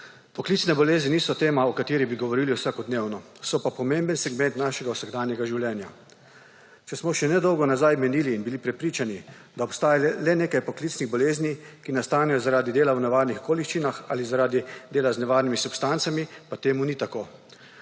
Poklicne bolezni niso tema, o katerih bi govorili vsakodnevno, so pa pomemben segment našega vsakdanjega življenja. Če smo še nedolgo nazaj menili in bili prepričani, da obstaja le nekaj poklicnih bolezni, ki nastanejo zaradi dela v nevarnih okoliščinah ali zaradi dela z nevarnimi substancami, pa to ni tako.